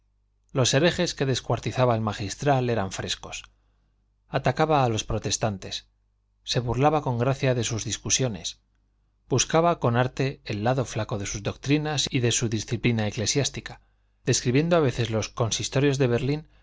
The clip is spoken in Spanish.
los herejes que descuartizaba el magistral eran frescos atacaba a los protestantes se burlaba con gracia de sus discusiones buscaba con arte el lado flaco de sus doctrinas y de su disciplina eclesiástica describiendo a veces los consistorios de berlín